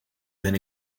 ben